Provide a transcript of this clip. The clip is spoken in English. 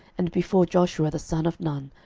and before joshua the son of nun,